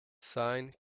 sine